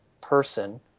person